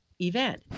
event